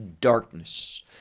darkness